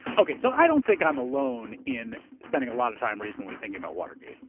okay. so i don't think i'm alone in spending a lot of time recently thinking about watergate,